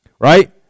right